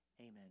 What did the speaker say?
amen